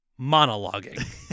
monologuing